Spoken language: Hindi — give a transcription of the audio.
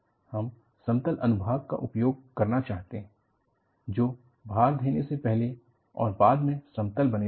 हम समतल अनुभाग का उपयोग करना चाहते हैं जो भार देने से पहले और बाद में समतल बने रहें